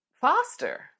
faster